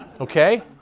Okay